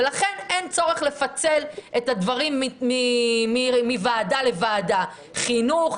ולכן אין צורך לפצל את הדברים מוועדה לוועדה: חינוך,